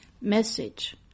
message